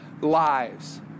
lives